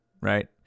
right